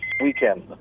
weekend